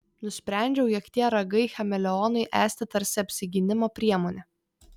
nusprendžiau jog tie ragai chameleonui esti tarsi apsigynimo priemonė